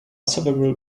several